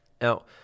Now